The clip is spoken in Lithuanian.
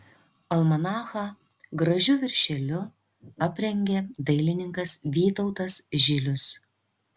almanachą gražiu viršeliu aprengė dailininkas vytautas žilius